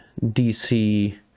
DC